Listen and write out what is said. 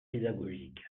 pédagogique